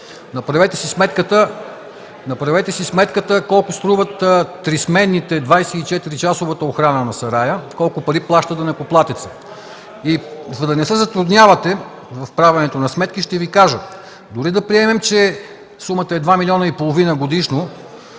Направете си сметката колко струва трисменната 24-часова охрана на сарая, колко пари плаща данъкоплатецът?! За да не се затруднявате в правенето на сметки, ще Ви кажа: дори да приемем, че сумата е два милиона и половина годишно,